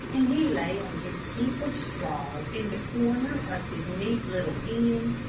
and he lay on his heap of straw in the corner of his neat little pen,